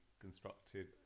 constructed